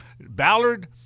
Ballard